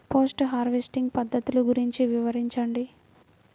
Post harvesting పద్ధతులు గురించి వివరించండి?